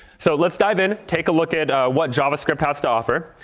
so let's dive in, take a look at what javascript has to offer.